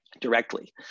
directly